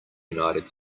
united